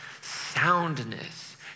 soundness